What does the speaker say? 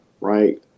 Right